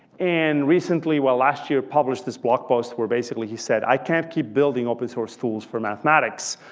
and recently, well, last year published this blog post where basically he said, i can't keep building open source tools for mathematics.